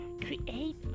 create